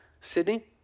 Sydney